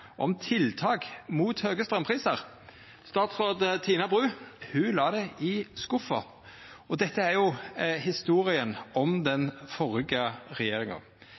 om tiltak mot høge straumprisar. Statsråd Tina Bru la det i skuffen. Dette er historia om den førre regjeringa.